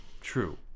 true